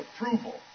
approval